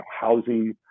housing